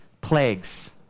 plagues